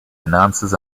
announces